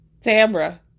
Tamra